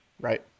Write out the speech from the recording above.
right